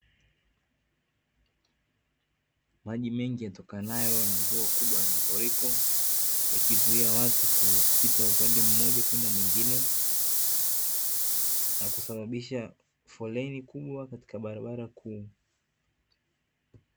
Maji mengi yatokanayo na mvua ya mafuriko, ikizuia watu kupita upande mmoja kwenda mwingine na kusababisha foleni kubwa katika barabara kubwa.